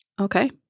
Okay